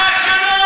אה, כן?